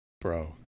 bro